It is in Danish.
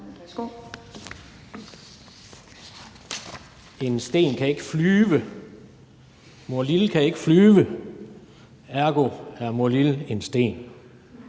(KD): »En sten kan ikke flyve. Morlille kan ikke flyve. Ergo er morlille en sten.«